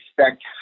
expect